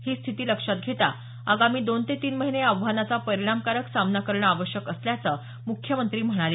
ही स्थिती लक्षात घेता आगामी दोन ते तीन महिने या आव्हानांचा परिणामकारक सामना करणं आवश्यक असल्याचं मुख्यमंत्री म्हणाले